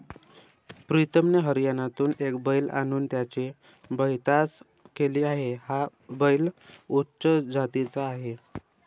प्रीतमने हरियाणातून एक बैल आणून त्याची पैदास केली आहे, हा बैल उच्च जातीचा आहे